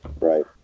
Right